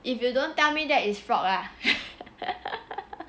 if you don't tell me that is frog ah